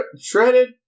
shredded